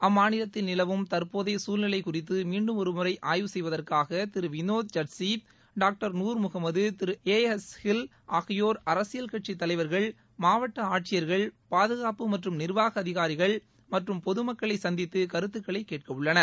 அம்மாநிலத்தில் நிலவும் தற்போதையை சூழ்நிலை குறித்து மீண்டும் ஒருமுறை ஆய்வு செய்வதற்காக திரு வினோத் ஜுட்கீ டாக்டர் நூர் முகமது திரு எ எஸ் ஹில் ஆகியோர் அரசியல் கட்சி தலைவர்கள் மாவட்ட ஆட்சியர்கள் பாதுகாப்பு மற்றும் நிர்வாக அதிகாரிகள் மற்றும் பொதுமக்களை சந்தித்து கருத்துகளை கேட்க உள்ளனர்